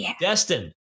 Destin